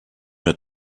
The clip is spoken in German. mehr